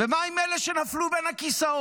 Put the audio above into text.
ומה עם אלה שנפלו בין הכיסאות?